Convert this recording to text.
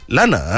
Lana